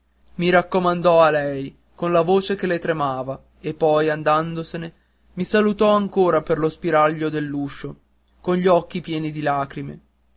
i raccomandò a lei con la voce che le tremava e poi andandosene mi salutò ancora per lo spiraglio dell'uscio con gli occhi pieni di lacrime